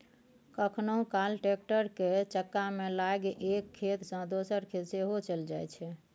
कखनहुँ काल टैक्टर केर चक्कामे लागि एक खेत सँ दोसर खेत सेहो चलि जाइ छै